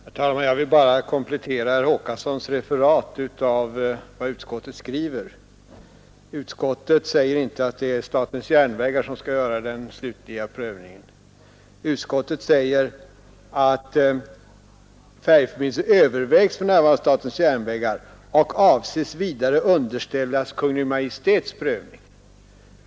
Herr talman! Jag vill bara komplettera herr Håkanssons referat av vad utskottet skriver. Utskottet säger inte att det är statens järnvägar som skall göra den slutliga prövningen. Utskottet säger att färjeförbindelsen för närvarande övervägs av statens järnvägar ”och avses vidare underställas Kungl. Maj:ts prövning”.